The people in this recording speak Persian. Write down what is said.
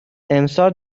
امسال